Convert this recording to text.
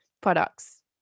products